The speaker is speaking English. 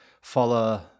follow